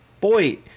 Boy